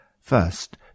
first